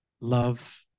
love